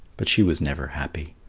but she was never happy.